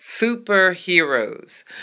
superheroes